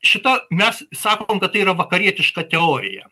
šita mes sakom kad tai yra vakarietiška teorija